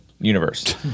universe